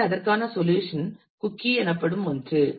எனவே அதற்கான solution cookie எனப்படும் ஒன்று